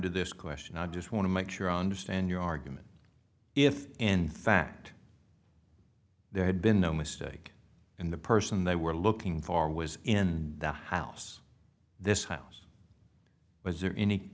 to this question i just want to make sure i understand your argument if anything that there had been no mistake and the person they were looking for was in the house this house was there any